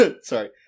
Sorry